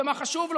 במה חשוב לו,